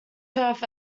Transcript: turf